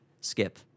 skip